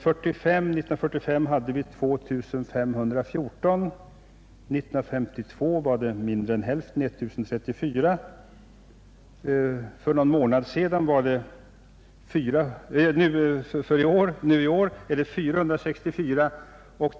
1945 fanns det 2 514 kommuner, 1952 var antalet mindre än hälften, eller 1034 kommuner, och nu i år är det 464 kommuner.